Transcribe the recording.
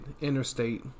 interstate